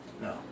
No